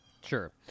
Sure